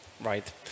Right